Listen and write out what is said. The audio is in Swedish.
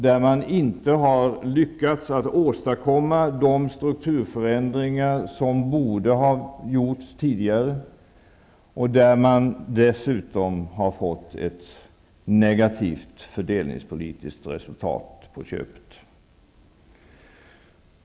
Man har inte lyckats åstadkomma de strukturförändringar som borde ha gjorts tidigare, och man har dessutom fått ett negativt fördelningspolitiskt resultat på köpet.